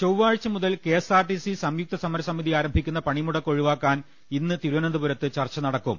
ചൊവ്വാഴ്ച മുതൽ K S R T C സംയുക്ത സമരസമിതി ആരംഭിക്കുന്ന പണിമുടക്ക് ഒഴിവാക്കാൻ ഇന്ന് തിരുവനന്തപുരത്ത് ചർച്ച നടക്കും